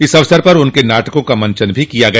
इस अवसर पर उनके नाटकों का मंचन भी किया गया